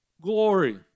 glory